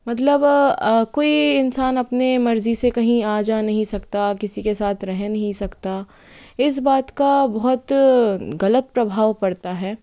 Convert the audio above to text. मतलब कोई इंसान अपने मर्ज़ी से कहीं आ जा नहीं सकता किसी के साथ रह नहीं सकता इस बात का बहुत ग़लत प्रभाव पड़ता है